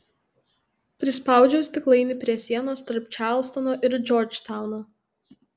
prispaudžiau stiklainį prie sienos tarp čarlstono ir džordžtauno